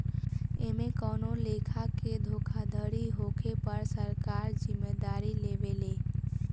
एमे कवनो लेखा के धोखाधड़ी होखे पर सरकार जिम्मेदारी लेवे ले